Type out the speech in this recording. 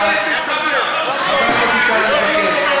תגידו תודה שיש פה כמה קולות שפויים בבית הזה,